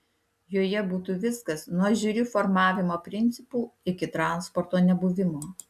joje būtų viskas nuo žiuri formavimo principų iki transporto nebuvimo